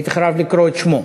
הייתי חייב לקרוא את שמו.